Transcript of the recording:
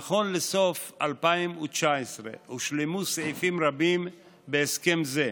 נכון לסוף 2019 הושלמו סעיפים רבים בהסכם זה,